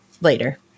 Later